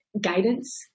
guidance